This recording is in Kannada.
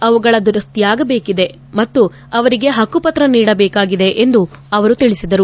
ಅವುಗಳ ದುರಸ್ವಿಯಾಗದೇಕಿದೆ ಮತ್ತು ಅವರಿಗೆ ಪಕ್ಷುಪತ್ರ ನೀಡಬೇಕಾಗಿದೆ ಎಂದು ಅವರು ತಿಳಿಸಿದರು